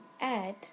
add